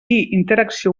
interacció